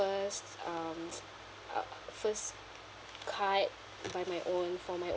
first um uh first card by my own for my